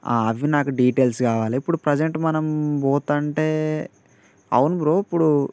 అవి నాకు డీటైల్స్ కావాలి ఇప్పుడు ప్రెస్ంట్ మనం పోతు ఉంటే అవును బ్రో ఇప్పుడు